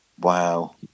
Wow